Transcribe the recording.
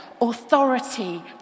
authority